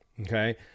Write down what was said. Okay